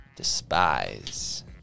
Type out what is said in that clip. despise